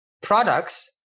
products